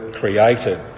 created